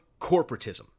corporatism